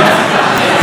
אבל אני רוצה לומר,